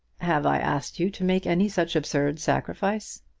have i asked you to make any such absurd sacrifice?